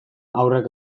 haurrek